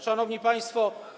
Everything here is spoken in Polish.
Szanowni Państwo!